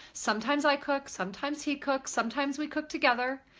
sometimes i cook, sometimes he cooks, sometimes we cook together.